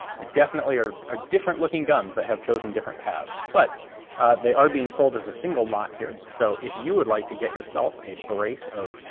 they definitely are are different looking guns that have chosen different paths, but they are being sold as a single lot here. so if you would like to get yourself a brace of,